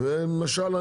למשל,